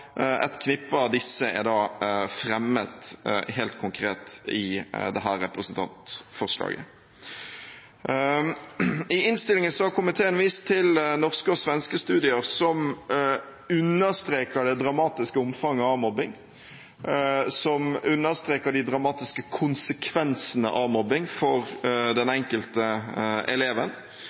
et knippe av disse er fremmet helt konkret i dette representantforslaget. I innstillingen har komiteen vist til norske og svenske studier, som understreker det dramatiske omfanget av mobbing, og som understreker de dramatiske konsekvensene av mobbing for den enkelte